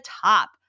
top